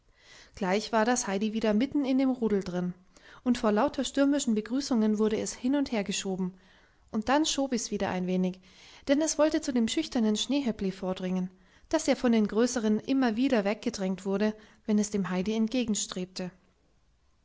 gleich war das heidi wieder mitten in dem rudel drin und vor lauter stürmischen begrüßungen wurde es hin und hergeschoben und dann schob es wieder ein wenig denn es wollte zu dem schüchternen schneehöppli vordringen das ja von den größeren immer wieder weggedrängt wurde wenn es dem heidi entgegenstrebte